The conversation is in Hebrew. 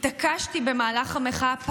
התעקשתי במהלך המחאה,